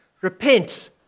repent